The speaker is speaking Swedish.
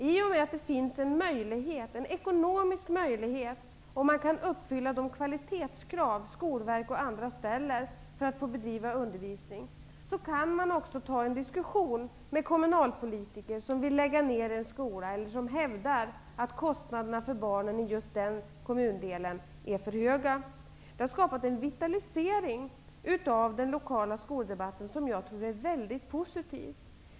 I och med att det finns en ekonomisk möjlighet -- och om man kan uppfylla de kvalitetskrav Skolverket och andra ställer för att få bedriva undervisning -- kan vi också ta en diskussion med kommunalpolitiker som vill lägga ner en skola eller som hävdar att kostnaderna för barnen i just den kommundelen är för höga. Det har skapat en vitalisering av den lokala skoldebatten som jag tror är mycket positiv.